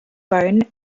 bone